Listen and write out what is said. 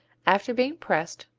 after being pressed,